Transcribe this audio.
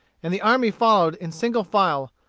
and the army followed in single file,